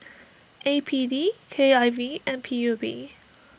A P D K I V and P U B